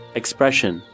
expression